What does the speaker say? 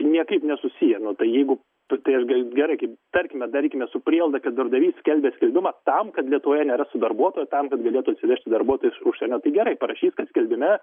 niekaip nesusiję nu tai jeigu tu teišgali gerai kaip tarkime darykime su prielaida kad darbdavys skelbia skelbimą tam kad lietuvoje nerastų darbuotojų tam kad galėtų atsivežti darbuotojus iš užsienio tai gerai parašys kad skelbime